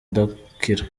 udakira